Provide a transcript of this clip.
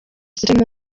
ziri